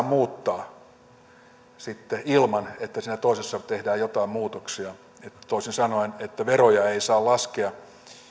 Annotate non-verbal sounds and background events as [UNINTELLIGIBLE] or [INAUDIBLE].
[UNINTELLIGIBLE] muuttaa sitten ilman että siinä toisessa tehdään jotain muutoksia toisin sanoen niin että veroja ei saa laskea